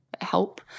help